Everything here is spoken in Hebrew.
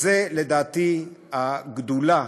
לדעתי, זו הגדולה